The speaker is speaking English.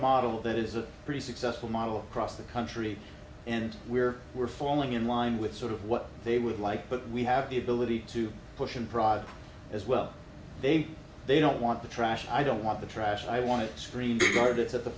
model that is a pretty successful model cross the country and we're we're falling in line with sort of what they would like but we have the ability to push and prod as well they they don't want to trash i don't want to trash i want to scream going to it's at the